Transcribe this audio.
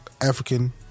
African